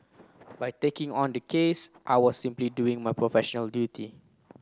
by taking on the case I was simply doing my professional duty